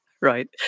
Right